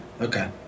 okay